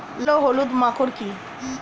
লাল ও হলুদ মাকর কী?